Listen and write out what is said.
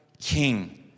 king